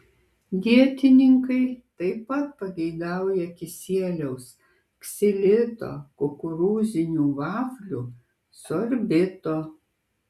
dietininkai taip pat pageidauja kisieliaus ksilito kukurūzinių vaflių sorbito